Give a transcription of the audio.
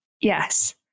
Yes